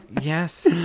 Yes